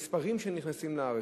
המספרים שנכנסים לארץ,